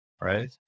right